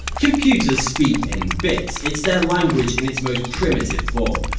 computers speak in bits, its their language in its most primitave form.